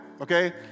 okay